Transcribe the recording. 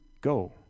Go